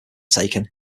taken